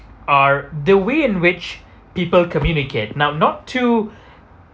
are the way in which people communicate now not to